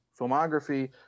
filmography